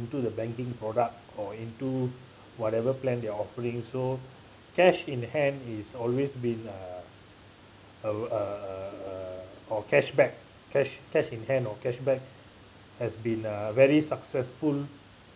into the banking product or into whatever plan they are offering so cash in hand is always been uh uh uh uh or cashback cash cash in hand or cashback has been a very successful